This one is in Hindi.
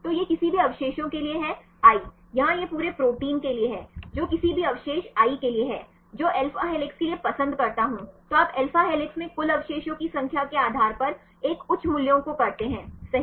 तो यह किसी भी अवशेषों के लिए है i यहाँ यह पूरे प्रोटीन के लिए है जो किसी भी अवशेष i के लिए है जो अल्फा हेलिक्स के लिए पसंद करता हूं तो आप अल्फा हेलिक्स में कुल अवशेषों की संख्या के आधार पर एक उच्च मूल्यों को करते हैं सही